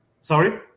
sorry